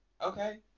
Okay